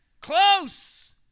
Close